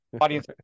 Audience